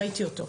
ראיתי אותו.